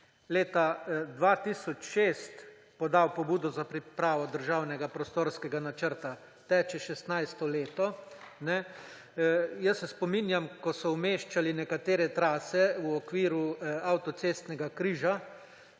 leta 2006 podal pobudo za pripravo državnega prostorskega načrta, teče 16. leto. Jaz se spominjam, ko so umeščali nekatere trase v okviru avtocestnega križa,